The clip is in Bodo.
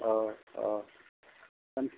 औ औ